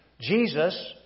Jesus